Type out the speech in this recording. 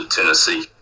Tennessee